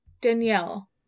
Danielle